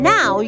Now